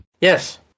yes